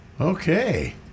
Okay